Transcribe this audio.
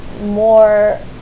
more